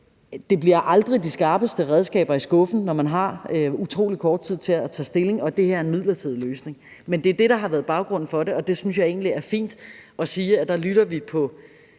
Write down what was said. det aldrig bliver de skarpeste redskaber i skuffen, når man har utrolig kort tid til at tage stilling, og det her er en midlertidig løsning. Men det er det, der har været baggrunden for det, og jeg synes egentlig, det er fint, at vi lytter til